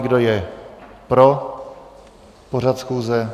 Kdo je pro pořad schůze?